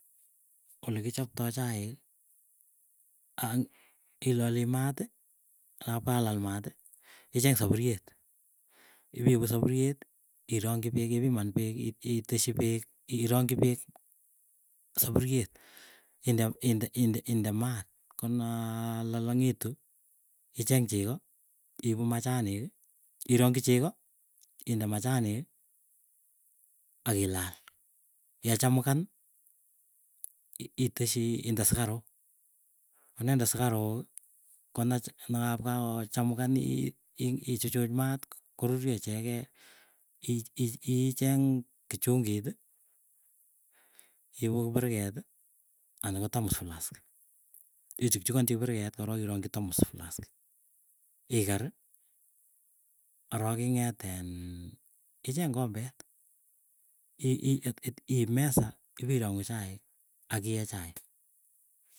Ole kichotoi chaik, ang ilali maati, kaap kaalal maati icheng sapuriet ipiipu sapuriet ironchi peek, ipiman peek, iteschi peek irongchi peek sapueriet. Inde inde inde inde maat konaa lalang'itu icheng chego iipu machaniki irongchi chego, inde machaniki akilal. Yachamukan iteschi inde sikaruk konende sikaruki konach nekap kakoo chamukan ii ichuchuch maat koruryo ichege. Icheng kichungit iipu kipiriket, ana ko thermos flask. Ichukchukanchi kipiriket korok, ironchi thernos flask, ikeri arok ing'eetiin icheng kombeet, i i ip mesa ipirong'uu chaik. Akie chaik.